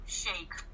shake